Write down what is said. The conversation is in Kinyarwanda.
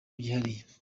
byihariye